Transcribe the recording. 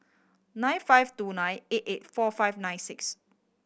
nine five two nine eight eight four five nine six